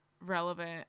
relevant